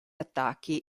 attacchi